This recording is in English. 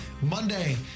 Monday